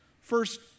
First